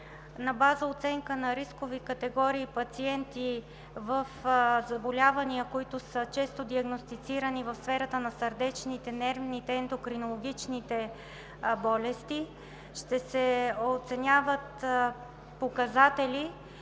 на база оценка на рискови категории пациенти в заболявания, които са често диагностицирани в сферата на сърдечните, нервните, ендокринологичните болести. Ще се оценяват показатели,